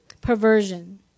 Perversion